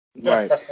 right